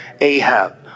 Ahab